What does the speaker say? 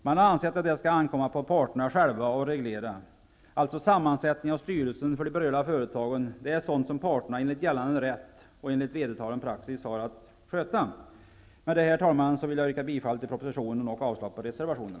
Man har ansett att det ankommer på parterna själva att reglera styrelsesammansättningen i bolagen enligt gällande rätt och vedertagen praxis. Med detta, herr talman, yrkar jag bifall till utskottets hemställan och avslag på reservationerna.